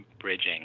bridging